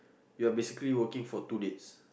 you are basically working for two days